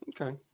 Okay